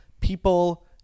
people